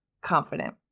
confident